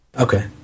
Okay